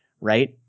right